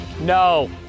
No